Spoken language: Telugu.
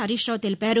హరీశ్రావు తెలిపారు